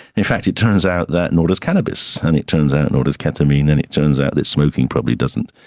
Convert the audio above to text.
in fact it turns out that nor does cannabis, and it turns out nor does ketamine, and it turns out that smoking probably doesn't.